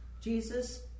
Jesus